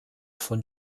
von